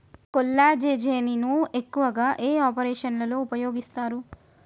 కొల్లాజెజేని ను ఎక్కువగా ఏ ఆపరేషన్లలో ఉపయోగిస్తారు?